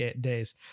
days